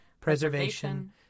preservation